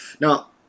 Now